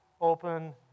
open